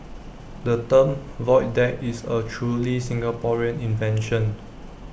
the term void deck is A truly Singaporean invention